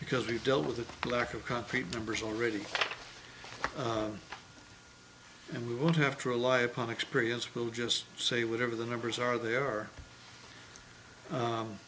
because we dealt with the lack of concrete numbers already and we would have to rely upon experience will just say whatever the numbers are they are